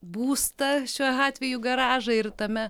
būstą šiuo atveju garažą ir tame